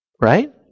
Right